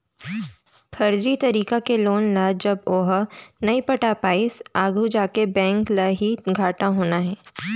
फरजी तरीका के लोन ल जब ओहा नइ पटा पाइस आघू जाके बेंक ल ही घाटा होना हे